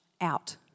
out